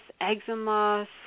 eczema